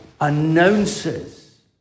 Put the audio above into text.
announces